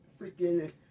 freaking